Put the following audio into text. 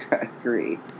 agree